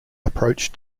approach